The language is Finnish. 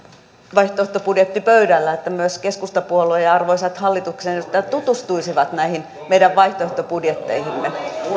vaihtoehtobudjetti pöydällä myös keskustapuolue ja arvoisat hallituksen edustajat tutustuisivat näihin meidän vaihtoehtobudjetteihimme